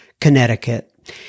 Connecticut